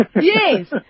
Yes